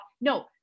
no